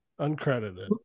Uncredited